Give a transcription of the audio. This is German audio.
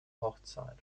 hochzeit